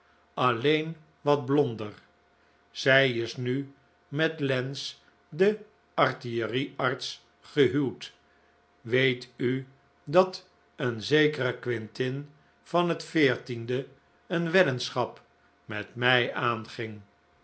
alleen wat blonder zij is nu met lance den artillerie arts gehuwd weet u dat een zekere quintin van het veertiende een weddenschap met mij aanging